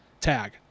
tag